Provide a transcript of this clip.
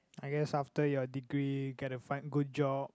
I guess after your degree get a fine good job